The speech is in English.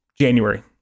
January